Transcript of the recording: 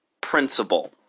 principle